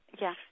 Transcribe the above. Yes